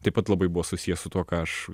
taip pat labai buvo susiję su tuo ką aš